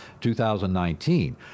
2019